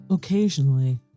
Occasionally